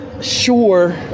sure